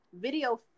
video